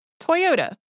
Toyota